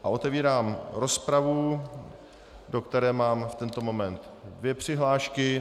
Otevírám rozpravu, do které mám v tento moment dvě přihlášky.